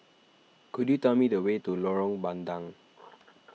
could you tell me the way to Lorong Bandang